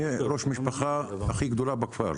אני ראש משפחה הכי גדולה בכפר.